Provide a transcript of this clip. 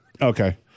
Okay